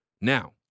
Now